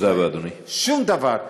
שום דבר.